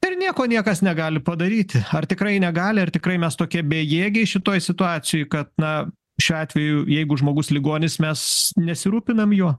ir nieko niekas negali padaryti ar tikrai negali ar tikrai mes tokie bejėgiai šitoj situacijoj kad na šiuo atveju jeigu žmogus ligonis mes nesirūpinam juo